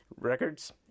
Records